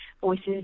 voices